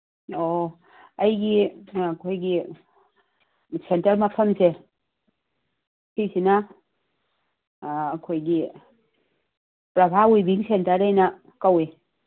ꯑꯣ ꯑꯩꯒꯤ ꯑꯩꯈꯣꯏꯒꯤ ꯁꯦꯟꯇꯔ ꯃꯐꯝꯁꯦ ꯁꯤꯁꯤꯅ ꯑꯩꯈꯣꯏꯒꯤ ꯄ꯭ꯔꯚꯥ ꯋꯤꯕꯤꯡ ꯁꯦꯟꯇꯔꯑꯅ ꯀꯧꯋꯤ